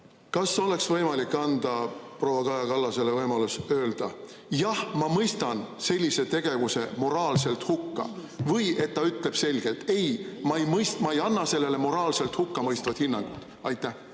kas oleks võimalik anda proua Kaja Kallasele võimalus öelda: "Jah, ma mõistan sellise tegevuse moraalselt hukka." või et ta ütleb selgelt: "Ei, ma ei anna sellele moraalselt hukkamõistvat hinnangut."